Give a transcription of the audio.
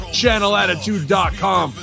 channelattitude.com